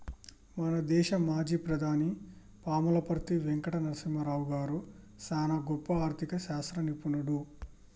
మన దేశ మాజీ ప్రధాని పాములపర్తి వెంకట నరసింహారావు గారు చానా గొప్ప ఆర్ధిక శాస్త్ర నిపుణుడు